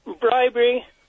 bribery